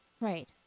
Right